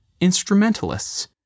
instrumentalists